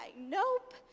nope